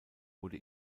wurde